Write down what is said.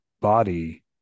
Body